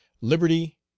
Liberty